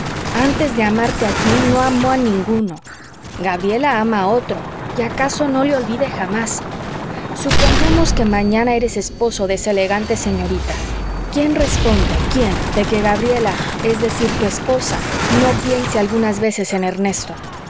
antes de amarte a tí no amó a ninguno gabriela ama a otro y acaso no le olvide jamás supongamos que mañana eres esposo de esa elegante señorita quién responde quién de que gabriela es decir tu esposa no piense algunas veces en ernesto